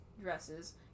dresses